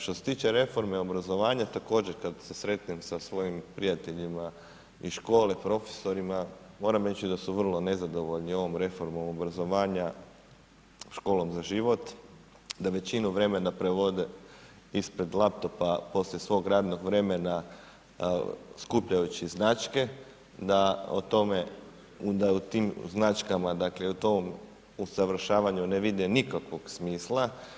Što se tiče reforme obrazovanja, također kada se sretnem sa svojim prijateljima iz škole, profesorima, moram reći da su vrlo nezadovoljni ovom reformom obrazovanja, školom za život, da većinu vremena provode ispred laptopa poslije svog radnog vremena skupljajući značke, da o tome, da u tim značkama, dakle u tom usavršavanju ne vide nikakvog smisla.